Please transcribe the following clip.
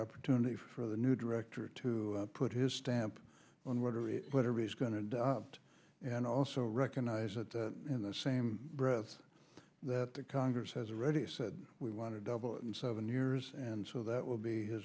opportunity for the new director to put his stamp on whatever he's going to adopt and also recognize that in the same breath that the congress has already said we want to double in seven years and so that will be